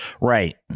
Right